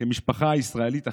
כמשפחה ישראלית אחת,